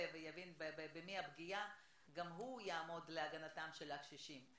ויבין במי הפגיעה גם הוא יעמוד להגנתם של הקשישים.